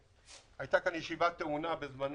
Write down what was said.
הייתה כאן ישיבה טעונה בשעתו